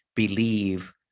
believe